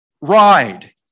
ride